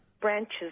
branches